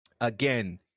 again